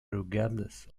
regardless